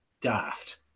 daft